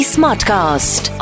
Smartcast